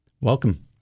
Welcome